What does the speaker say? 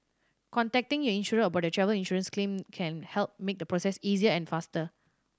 contacting your insurer about your travel insurance claim can help make the process easier and faster